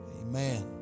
amen